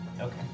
okay